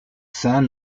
saints